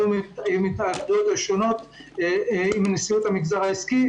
עם --- ועם נשיאות המגזר העסקי,